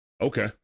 Okay